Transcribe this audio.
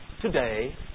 today